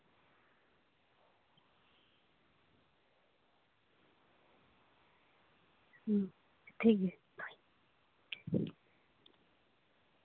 ᱦᱩᱸ ᱴᱷᱤᱠᱜᱮᱭᱟ ᱫᱚᱦᱚᱭᱮᱫᱼᱟᱹᱧ